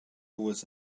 with